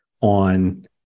on